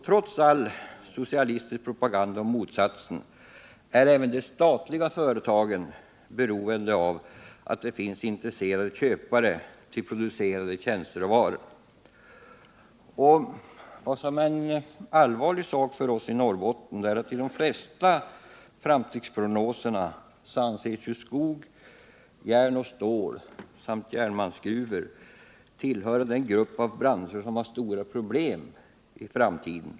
Trots all socialistisk propaganda om motsatsen är även de statliga företagen beroende av att det finns intresserade köpare av producerade tjänster och varor. Det allvarliga för oss i Norrbotten är att i de flesta framtidsprogram anses skog, järn och stål samt järnmalmsgruvor tillhöra den grupp av branscher som har stora problem i framtiden.